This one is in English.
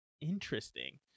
Interesting